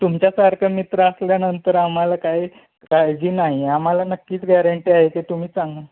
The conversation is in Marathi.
तुमच्यासारखे मित्र असल्यानंतर आम्हाला काही काळजी नाही आहे आम्हाला नक्कीच गॅरंटी आहे की तुम्ही चांग